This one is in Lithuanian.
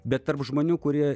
bet tarp žmonių kurie